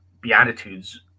beatitudes